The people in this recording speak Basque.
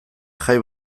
jai